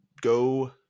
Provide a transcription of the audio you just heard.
go